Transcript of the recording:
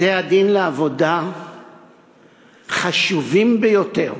בתי-הדין לעבודה חשובים ביותר